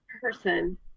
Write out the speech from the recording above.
person